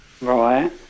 Right